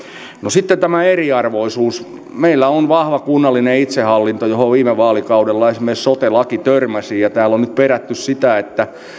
sitten tämä eriarvoisuus meillä on vahva kunnallinen itsehallinto johon viime vaalikaudella esimerkiksi sote laki törmäsi ja täällä on nyt perätty sitä